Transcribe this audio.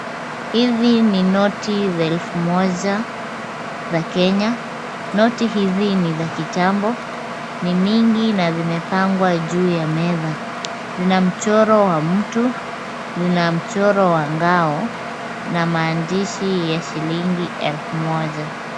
Hizi ni noti za elfu moja za Kenya. Noti hizi ni za kitambo. Ni nyingi na zimepangwa juu ya meza. Zina mchoro wa mtu, zina mchoro wa ngao na maandishi ya shilingi elfu moja.